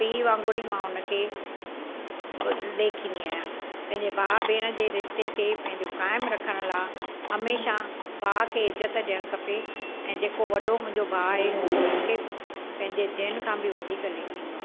पीउ वांगुर ई मां उन खे लेखींदी आहियां पंहिंजे भाउ भेण जे रिश्ते खे पंहिंजो क़ाइमु रखण लाइ हमेशा भाउ खे इज़त ॾियणु खपे ऐं जेको वॾो मुंहिंजो भाउ आहे उहो मूंखे पंहिंजे धीउनि खां बि वधीक लेखींदो आहे